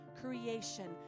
creation